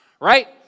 Right